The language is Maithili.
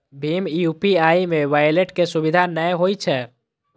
भीम यू.पी.आई मे वैलेट के सुविधा नै होइ छै